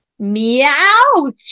Meow